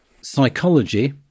psychology